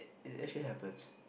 it actually happens